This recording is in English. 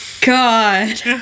god